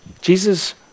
Jesus